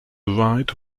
ride